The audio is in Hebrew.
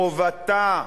חובתה